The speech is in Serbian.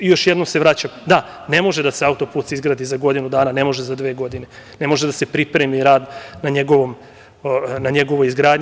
Još jednom se vraćam, da, ne može autoput da se izgradi za godinu dana, ne može za dve godine, ne može da se pripremi rad na njegovoj izgradnji.